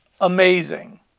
amazing